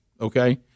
okay